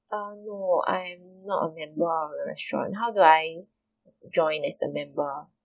um no I'm not a member of your restaurant how do I join with the member